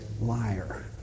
liar